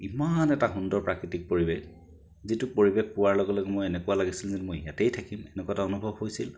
ইমান এটা সুন্দৰ প্ৰাকৃতিক পৰিৱেশ যিটো পৰিৱেশ পোৱাৰ লগে লগে মোৰ এনেকুৱা লাগিছিল যেন মই ইয়াতেই থাকিম এনেকুৱা এটা অনুভৱ হৈছিল